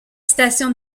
station